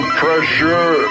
pressure